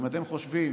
אם אתם חושבים